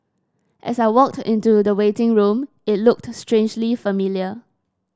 as I walked into the waiting room it looked strangely familiar